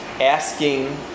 asking